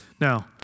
Now